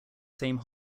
same